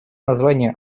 название